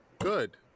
good